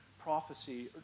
prophecy